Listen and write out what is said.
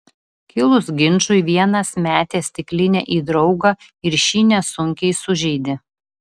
kilus ginčui vienas metė stiklinę į draugą ir šį nesunkiai sužeidė